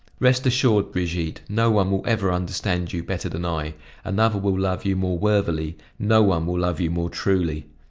rest assured, brigitte, no one will ever understand you better than i another will love you more worthily, no one will love you more truly.